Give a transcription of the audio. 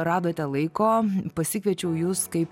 radote laiko pasikviečiau jus kaip